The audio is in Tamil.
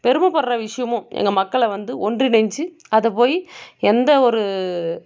பெருமைப்படுற விஷயமும் எங்கள் மக்களை வந்து ஒன்றிணைஞ்சு அதை போய் எந்தவொரு